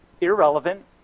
irrelevant